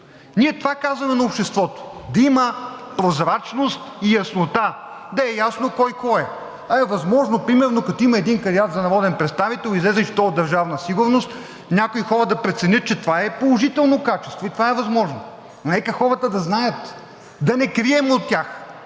Ние това казваме на обществото – да има прозрачност и яснота, да е ясно кой кой е. А е възможно примерно, като има един кандидат за народен представител и излезе, че той е от Държавна сигурност, някои хора да преценят, че това е положително качество. И това е възможно. Но нека хората да знаят, да не крием от тях.